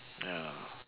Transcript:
ya